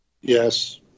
Yes